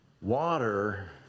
water